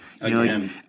Again